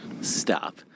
Stop